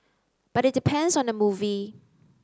but it depends on the movie